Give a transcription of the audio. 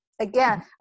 again